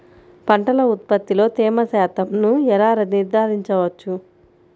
పంటల ఉత్పత్తిలో తేమ శాతంను ఎలా నిర్ధారించవచ్చు?